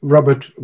Robert